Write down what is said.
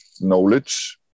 knowledge